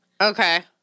Okay